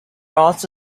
also